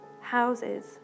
houses